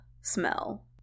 smell